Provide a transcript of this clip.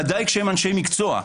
ודאי כשהם אנשי מקצוע.